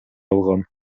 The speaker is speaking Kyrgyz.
алган